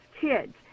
kids